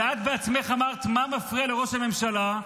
ואת בעצמך אמרת: מה מפריע לראש הממשלה?